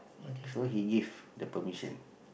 so he give the permission